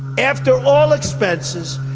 after all expenses,